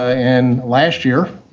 ah and last year,